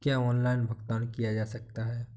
क्या ऑनलाइन भुगतान किया जा सकता है?